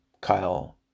Kyle